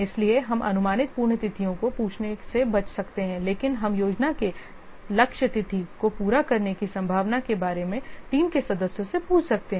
इसलिए हम अनुमानित पूर्ण तिथियों को पूछने से बच सकते हैं लेकिन हम योजना के लक्ष्य तिथि को पूरा करने की संभावना के बारे में टीम के सदस्यों से पूछ सकते हैं